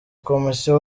komisiyo